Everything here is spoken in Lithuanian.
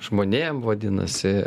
žmonėm vadinasi